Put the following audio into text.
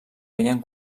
feien